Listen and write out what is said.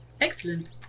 Excellent